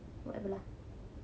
whatever lah